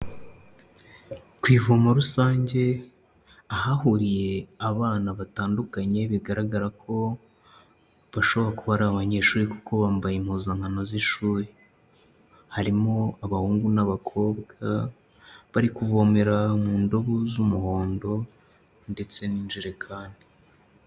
Ku ivomo rusange ahahuriye abana batandukanye bigaragara ko bashobora kuba ari abanyeshuri kuko bambaye impuzankano z'ishuri, harimo abahungu n'abakobwa bari kuvomera mu ndobo z'umuhondo ndetse n'injerekani.